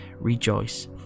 rejoice